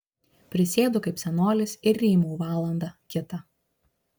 prisėdu kaip senolis ir rymau valandą kitą